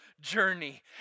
journey